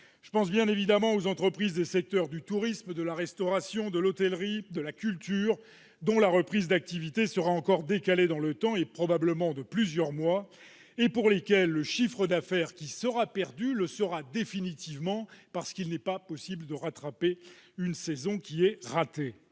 Je pense bien évidemment aux entreprises des secteurs du tourisme, de la restauration, de l'hôtellerie et de la culture, dont la reprise d'activité sera encore décalée dans le temps, probablement de plusieurs mois, et pour lesquelles le chiffre d'affaires qui sera perdu le sera définitivement, parce qu'il n'est pas possible de rattraper une saison ratée.